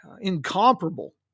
incomparable